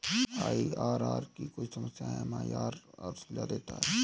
IRR की कुछ समस्याएं एम.आई.आर.आर सुलझा देता है